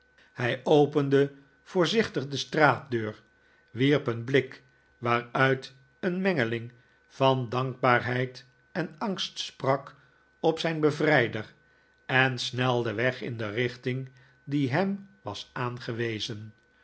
hij opende voorzichtig de straatdeur wierp een blik waaruit een mengeling van dankbaarheid en angst sprak op zijn bevrijder en snelde weg in de richting die hem was aangewezen